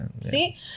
See